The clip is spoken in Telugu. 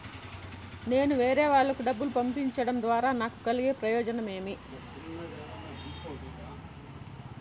నేను వేరేవాళ్లకు డబ్బులు పంపించడం ద్వారా నాకు కలిగే ప్రయోజనం ఏమి?